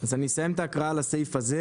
אז אני רגע אסיים את ההקראה על הסעיף הזה.